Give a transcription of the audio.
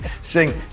sing